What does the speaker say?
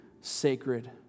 sacred